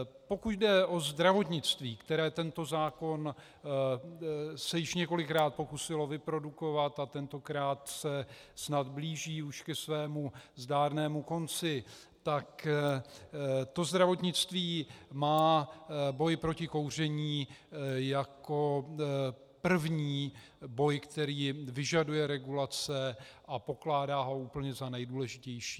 Pokud jde o zdravotnictví, které se tento zákon již několikrát pokusilo vyprodukovat, a tentokrát se snad blíží ke svému zdárnému konci, tak zdravotnictví má boj proti kouření jako první boj, který vyžaduje regulaci, a pokládá ho úplně za nejdůležitější.